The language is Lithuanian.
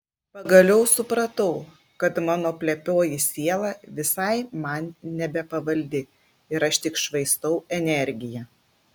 pagaliau supratau kad mano plepioji siela visai man nebepavaldi ir aš tik švaistau energiją